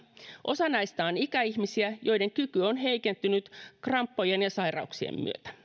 osa näistä on ikäihmisiä joiden kyky on heikentynyt kremppojen ja sairauksien myötä